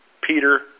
Peter